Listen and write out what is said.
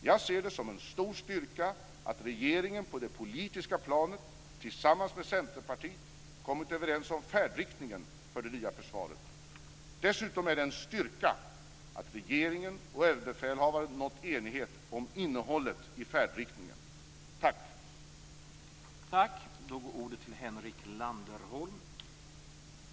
Jag ser det som en stor styrka att regeringen på det politiska planet tillsammans med Centerpartiet kommit överens om färdriktningen för det nya försvaret. Dessutom är det en styrka att regeringen och överbefälhavaren nått enighet om innehållet i färdriktningen. Tack!